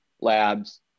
labs